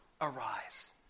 arise